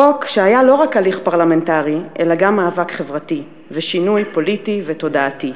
חוק שהיה לא רק הליך פרלמנטרי אלא גם מאבק חברתי ושינוי פוליטי ותודעתי: